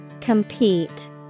Compete